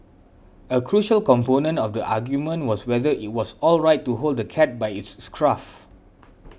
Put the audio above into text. a crucial component of the argument was whether it was alright to hold the cat by its scruff